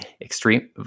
extreme